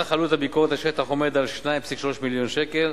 עלות הביקורת בשטח עומדת על 2.3 מיליון שקל.